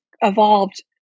evolved